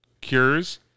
cures